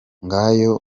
ngayo